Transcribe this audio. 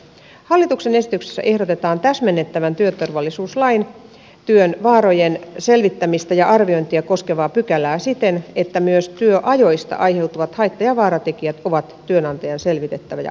hallituksen esityksessä ehdotetaan täsmennettävän työturvallisuuslain työn vaarojen selvittämistä ja arviointia koskevaa pykälää siten että myös työajoista aiheutuvat haitta ja vaaratekijät on työnantajan selvitettävä ja arvioitava